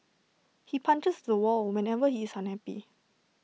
he punches the wall whenever he is unhappy